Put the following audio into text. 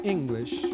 English